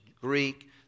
Greek